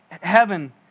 heaven